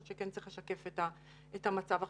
ואני חושבת שכן צריך לשקף את המצב עכשיו.